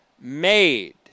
made